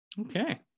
Okay